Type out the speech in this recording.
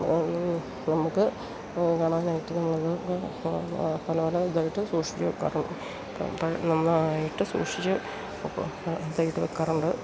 നമുക്ക് കാണാനായിട്ട് നമ്മളതൊക്കെ പല പല ഇതായിട്ട് സൂക്ഷിച്ച് വയ്ക്കാറുണ്ട് അപ്പം നന്നായിട്ട് സൂക്ഷിച്ച് ചെയ്ത് വയ്ക്കാറുണ്ട്